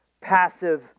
passive